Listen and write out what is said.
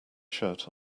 shirt